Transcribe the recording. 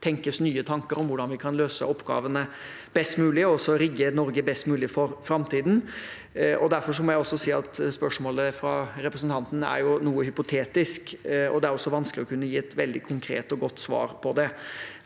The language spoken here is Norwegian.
tenkes nye tanker om hvordan vi kan løse oppgavene best mulig og rigge Norge best mulig for framtiden. Derfor må jeg si at spørsmålet fra representanten er noe hypotetisk, og det er vanskelig å kunne gi et veldig konkret og godt svar på det.